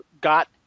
got